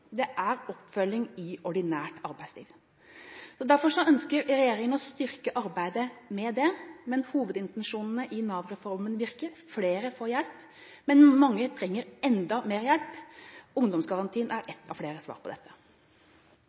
ordinært arbeidsliv. Derfor ønsker regjeringen å styrke arbeidet med det, men hovedintensjonene i Nav-reformen virker: Flere får hjelp. Mange trenger enda mer hjelp. Ungdomsgarantien er ett av flere svar på dette.